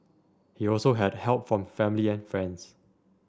he also had help from family and friends